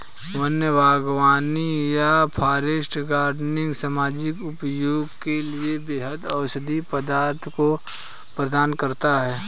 वन्य बागवानी या फॉरेस्ट गार्डनिंग सामाजिक उपयोग के लिए बेहतर औषधीय पदार्थों को प्रदान करता है